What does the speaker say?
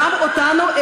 גם אותנו,